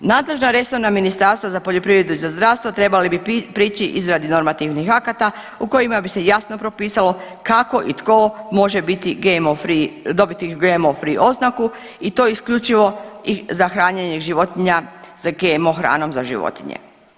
Nadležna resorna ministarstva za poljoprivredu i za zdravstvo trebali bi prići izradi normativnih akata u kojima bi se jasno propisalo kako i tko može biti GMO free oznaku i to isključivo za hranjenje životinja sa GMO hranom za životinje.